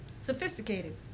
sophisticated